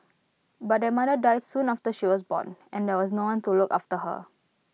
but their mother died soon after she was born and there was no one to look after her